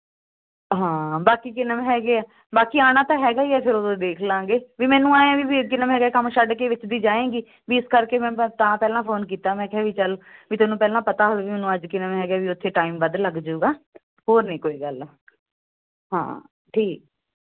ਹਾਂ ਬਾਕੀ ਕੀ ਨਾਮ ਹੈਗੇ ਆ ਬਾਕੀ ਆਉਣਾ ਤਾਂ ਹੈਗਾ ਹੀ ਜਦੋਂ ਦੇਖ ਲਾਂਗੇ ਮੈਨੂੰ ਐ ਵੀ ਅੱਗੇ ਨਾ ਮੇਰਾ ਕੰਮ ਛੱਡ ਕੇ ਵਿੱਚ ਦੀ ਜਾਗੀ ਇਸ ਕਰਕੇ ਮੈਂ ਤਾਂ ਪਹਿਲਾਂ ਫੋਨ ਕੀਤਾ ਮੈਂ ਕਿਹਾ ਵੀ ਚੱਲ ਤੈਨੂੰ ਪਹਿਲਾਂ ਪਤਾ ਹੋਵੇ ਮੈਨੂੰ ਅੱਜ ਕੀ ਨਾਮ ਹੈਗਾ ਵੀ ਉੱਥੇ ਟਾਈਮ ਵੱਧ ਲੱਗ ਜੂਗਾ ਹੋਰ ਨਹੀਂ ਕੋਈ ਗੱਲ ਹਾਂ ਠੀਕ